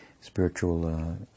spiritual